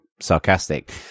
sarcastic